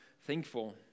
thankful